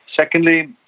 Secondly